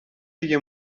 دیگه